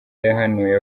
yahanuye